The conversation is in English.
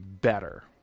better